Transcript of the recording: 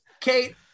Kate